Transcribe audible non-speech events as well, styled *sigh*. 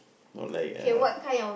or no like uh *noise*